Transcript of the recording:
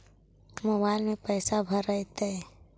Mobile में पैसा भरैतैय?